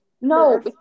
No